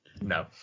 No